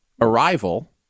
Arrival